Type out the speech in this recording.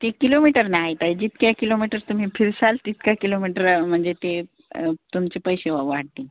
ते किलोमीटर न आहे ताई जितक्या किलोमीटर तुम्ही फिरसाल तितक्या किलोमीटर म्हणजे ते तुमचे पैसे व वाढतील